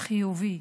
החיובי,